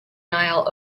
nile